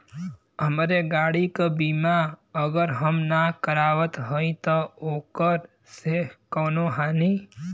हमरे गाड़ी क बीमा अगर हम ना करावत हई त ओकर से कवनों हानि?